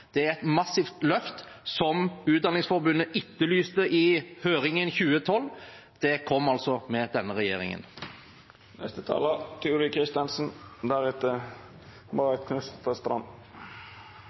Det er et massivt løft, slik Utdanningsforbundet etterlyste i høringen i 2012. Det kom altså med denne regjeringen.